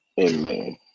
Amen